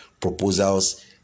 proposals